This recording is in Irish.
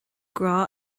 grá